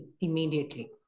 immediately